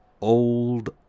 old